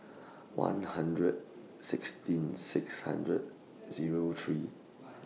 one hundred sixteen six hundred Zero three